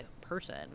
person